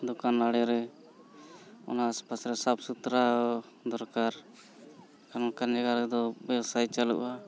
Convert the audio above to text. ᱫᱚᱠᱟᱱ ᱟᱲᱮᱨᱮ ᱚᱱᱟ ᱟᱥᱯᱟᱥ ᱨᱮ ᱥᱟᱯᱷ ᱥᱩᱛᱨᱟᱣ ᱫᱚᱨᱠᱟᱨ ᱮᱱᱠᱷᱟᱱ ᱚᱱᱠᱟᱱ ᱡᱟᱭᱜᱟ ᱨᱮᱫᱚ ᱵᱮᱵᱽᱥᱟᱭ ᱪᱟᱹᱞᱩᱜᱼᱟ